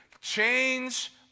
change